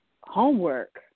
homework